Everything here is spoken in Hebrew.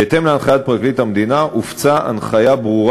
בהתאם להנחיית פרקליט המדינה הופצה הנחיה ברורה